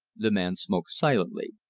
the man smoked silently.